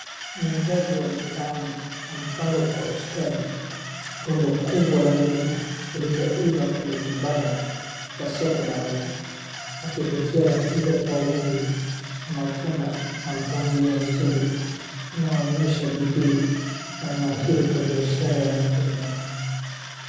Muuzaji wa mitaani anapanga kwa ustadi rundo kubwa la ndizi zilizoiva kwenye kibanda cha soko la wazi. Akivutia wateja kwa wingi na matunda na mpangilio mzuri unaoonyesha bidii na umahiri kwa biashara ya matunda.